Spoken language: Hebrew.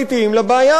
התנגדתי לזה.